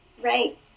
Right